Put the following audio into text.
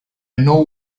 know